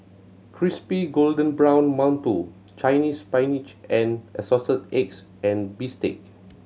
crispy golden brown mantou Chinese Spinach with Assorted Eggs and bistake